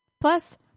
Plus